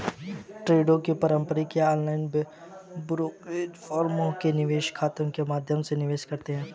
ट्रेडों को पारंपरिक या ऑनलाइन ब्रोकरेज फर्मों के निवेश खातों के माध्यम से निवेश करते है